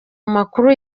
amakuru